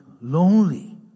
lonely